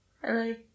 Hello